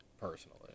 personally